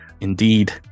Indeed